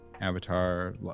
Avatar